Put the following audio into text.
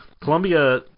Columbia